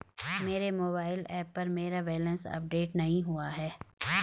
मेरे mobile app पर मेरा बैलेंस अपडेट नहीं हुआ है